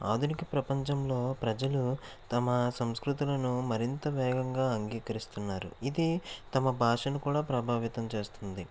ఆధునిక ప్రపంచంలో ప్రజలు తమ సంస్కృతులను మరింత వేగంగా అంగీకరిస్తున్నారు ఇది తమ భాషను కూడా ప్రభావితం చేస్తుంది